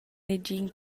negin